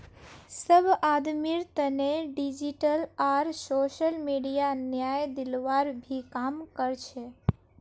सब आदमीर तने डिजिटल आर सोसल मीडिया न्याय दिलवार भी काम कर छे